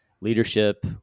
leadership